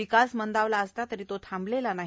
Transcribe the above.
विकास मंदावला असला तरी तो थांबला नाही